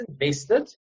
invested